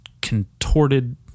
contorted